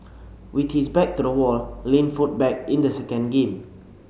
with his back to the wall Lin fought back in the second game